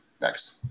Next